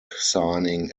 signing